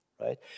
right